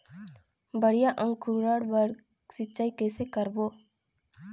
बढ़िया अंकुरण बर सिंचाई कइसे करबो?